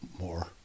more